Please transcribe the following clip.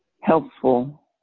helpful